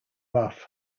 rough